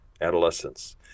adolescence